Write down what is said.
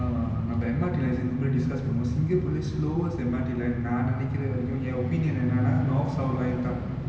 uh நம்ம:namma M_R_T line சேந்து:senthu be discuss பன்னுவோ:pannuvo singapore லயே:laye slowest M_R_T line நா நெனைகுர வரைக்கு:naa nenaikura varaiku eh opinion என்னனா:ennanaa north south line தா:thaa